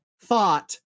thought